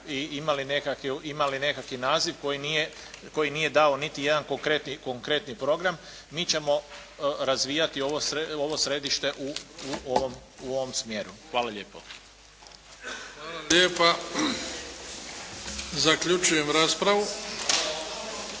i imali nekakvi naziv koji nije dao niti jedan konkretni program, mi ćemo razvijati ovo središte u ovom smjeru. Hvala lijepo. **Bebić, Luka (HDZ)** Hvala lijepa. Zaključujem raspravu.